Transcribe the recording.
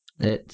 that's